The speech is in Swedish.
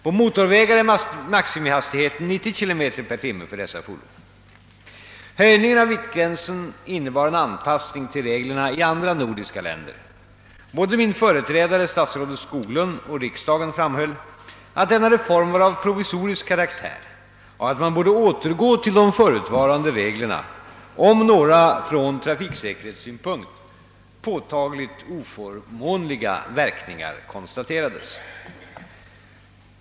På motorvägar är maximihastigheten 90 km/tim för dessa fordon. Höjningen av viktgränsen innebar en anpassning till reglerna i andra nordiska länder. Både min företrädare, statsrådet Skoglund, och riksdagen framhöll att denna reform var av provisorisk karaktär och att man borde återgå till de förutvarande reglerna, om några från trafiksäkerhetssynpunkt påtagligt oförmånliga verkningar konstaterades.